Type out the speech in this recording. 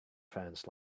fans